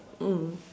mm